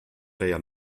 treia